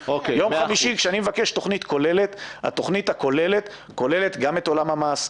כשאני מבקש תכנית כוללת התכנית כוללת גם את עולם המס,